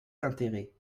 d’intérêt